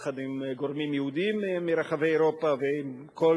יחד עם גורמים יהודיים מרחבי אירופה ועם כל